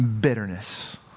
bitterness